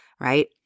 right